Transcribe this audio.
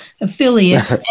Affiliates